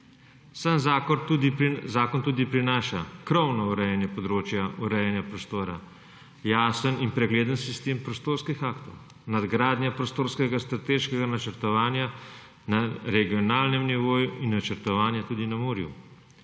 zakon tudi prinaša krovno urejanje področja urejanja prostora, jasen in pregleden sistem prostorskih aktov, nadgradnjo prostorskega in strateškega načrtovanja na regionalnem nivoju in načrtovanje tudi na morju,